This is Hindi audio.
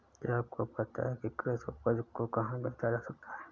क्या आपको पता है कि कृषि उपज को कहाँ बेचा जा सकता है?